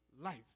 life